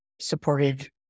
supported